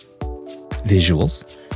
visuals